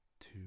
two